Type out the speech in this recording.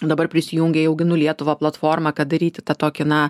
dabar prisijungė į auginu lietuvą platformą kad daryti tą tokį na